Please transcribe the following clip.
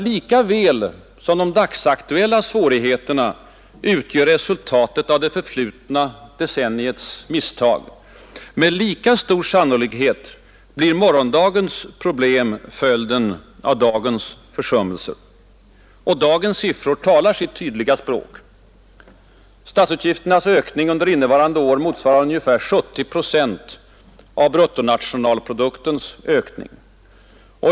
Lika väl som de dagsaktuella svårigheterna utgör resultatet av det förflutna decenniets misstag, med lika stor sannolikhet blir morgondagens problem följden av dagens försummelser. Och dagens siffror talar sitt tydliga språk. Statsutgifternas ökning under innevarande år motsvarar ungefär 70 procent av bruttonationalproduktens ökning.